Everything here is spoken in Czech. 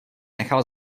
nechal